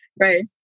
right